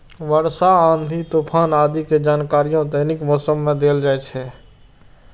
वर्षा, आंधी, तूफान आदि के जानकारियो दैनिक मौसम मे देल जाइ छै